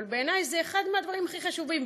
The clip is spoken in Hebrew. אבל בעיני זה אחד מהדברים הכי חשובים,